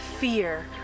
Fear